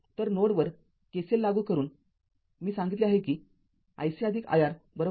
तर नोडवर KCL लागू करून मी सांगितले आहे कि iC iR ० आहे बरोबर